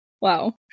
Wow